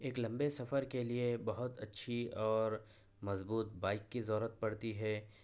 ایک لمبے سفر کے لیے بہت اچھی اور مضبوط بائک کی ضرورت پڑتی ہے